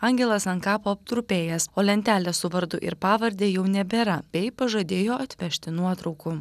angelas ant kapo aptrupėjęs o lentelės su vardu ir pavarde jau nebėra bei pažadėjo atvežti nuotraukų